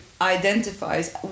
identifies